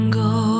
go